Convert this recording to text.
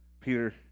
Peter